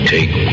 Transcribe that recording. Take